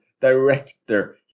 director